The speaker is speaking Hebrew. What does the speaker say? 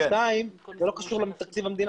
שנית, זה לא קשור לתקציב המדינה.